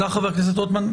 תודה, חבר הכנסת רוטמן.